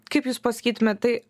kaip jūs pasakytumėt tai